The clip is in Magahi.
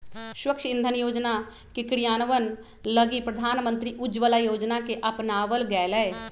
स्वच्छ इंधन योजना के क्रियान्वयन लगी प्रधानमंत्री उज्ज्वला योजना के अपनावल गैलय